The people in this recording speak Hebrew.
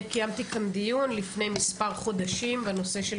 אני קיימתי כאן דיון לפני מספר חודשים בנושא של